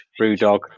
BrewDog